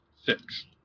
Six